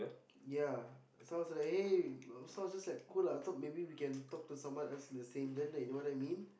ya so I was like hey so I was just like cool lah thought maybe we can talk to someone else in the same gender you know what I mean